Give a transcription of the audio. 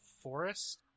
forest